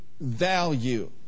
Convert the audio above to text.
value